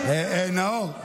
נאור,